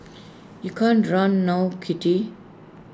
you can't run now kitty